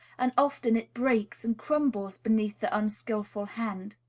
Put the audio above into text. and often it breaks and crumbles beneath the unskilful hand.